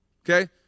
Okay